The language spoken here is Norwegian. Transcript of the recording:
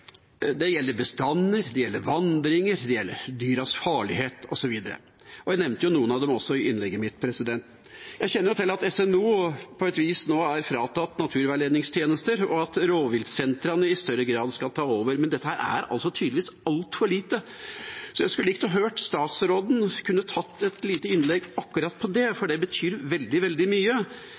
Det gjelder bestander, det gjelder vandringer, det gjelder dyras farlighet, osv. Jeg nevnte noen av dem i innlegget mitt. Jeg kjenner til at Statens naturoppsyn på et vis nå er fratatt naturveiledningstjenester, og at rovviltsentrene i større grad skal ta over, men dette er tydeligvis altfor lite. Jeg skulle likt om statsråden kunne ta et lite innlegg om akkurat det, for det betyr veldig, veldig mye.